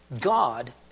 God